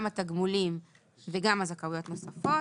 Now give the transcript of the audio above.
גם התגמולים וגם הזכאויות הנוספות